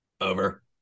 over